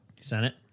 Senate